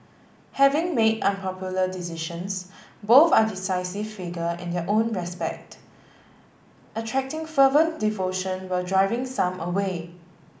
having made unpopular decisions both are divisive figure in their own respect attracting fervent devotion while driving some away